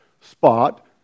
spot